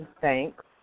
thanks